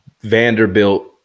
Vanderbilt